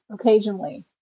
occasionally